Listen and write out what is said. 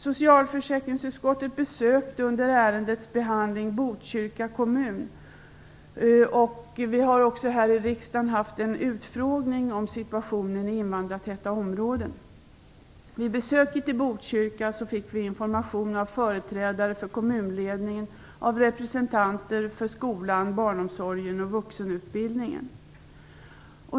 Socialförsäkringsutskottet besökte under ärendets behandling Botkyrka kommun, och vi har här i riksdagen haft en utfrågning om situationen i invandrartäta områden. Vid besöket i Botkyrka fick vi information av företrädare för kommunledningen och av representanter för skolan, barnomsorgen och vuxenutbildningen.